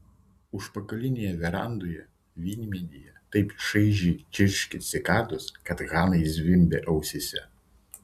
užpakalinėje verandoje vynmedyje taip šaižiai čirškė cikados kad hanai zvimbė ausyse